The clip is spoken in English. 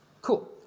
Cool